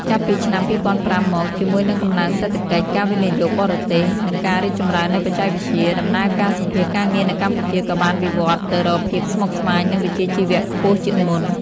ចាប់ពីឆ្នាំ ២០០៥ មក ជាមួយនឹងកំណើនសេដ្ឋកិច្ច ការវិនិយោគបរទេស និងការរីកចម្រើននៃបច្ចេកវិទ្យា ដំណើរការសម្ភាសន៍ការងារនៅកម្ពុជាក៏បានវិវត្តន៍ទៅរកភាពស្មុគស្មាញ និងវិជ្ជាជីវៈខ្ពស់ជាងមុន។